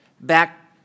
back